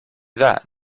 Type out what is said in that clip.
that